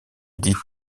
dit